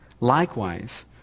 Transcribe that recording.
Likewise